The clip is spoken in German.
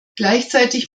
gleichzeitig